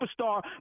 superstar